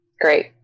Great